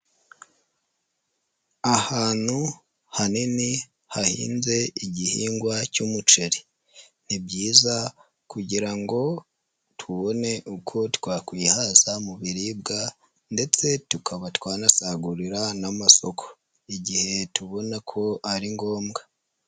Ahantu hanini hahinze igihingwa cy'umuceri, ni byiza kugira ngo tubone uko twakwihaza mu biribwa ndetse tukaba twanasagurira n'amasoko igihe tubona ko ari ngombwa.